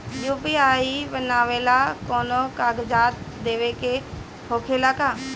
UPI बनावेला कौनो कागजात देवे के होखेला का?